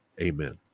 Amen